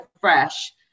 fresh